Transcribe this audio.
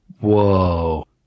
whoa